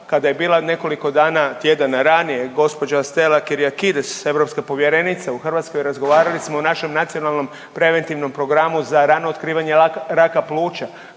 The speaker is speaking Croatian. kada je bila nekoliko dana, tjedana ranije gospođa Stella Kyriakides europska povjerenica u Hrvatskoj razgovarali smo o našem Nacionalnom preventivnom programu za rano otkrivanje raka pluća